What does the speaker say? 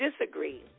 disagree